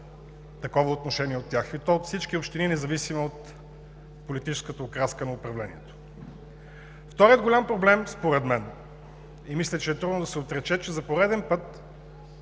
такова отношение от тях, и то от всички общини, независимо от политическата окраска на управлението. Вторият голям проблем според мен, и мисля, че е трудно да се отрече, е, че за пореден път